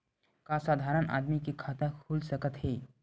का साधारण आदमी के खाता खुल सकत हे?